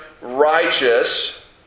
righteous